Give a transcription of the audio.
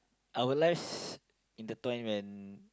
our lives intertwine when